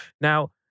Now